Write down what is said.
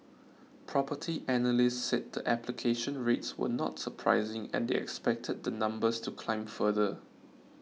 Property Analysts said the application rates were not surprising and they expected the numbers to climb further